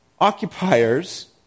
occupiers